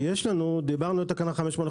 דיברנו על תקנה 585,